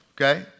okay